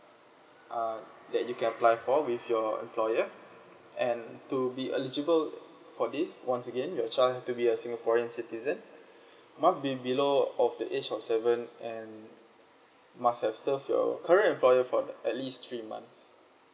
uh that you can apply for with your employer and to be eligible for this once again your child have to be a singaporean citizen must be below of the age of seven and must have served your current employer for that at least three months